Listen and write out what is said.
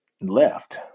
left